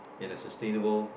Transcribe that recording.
in a sustainable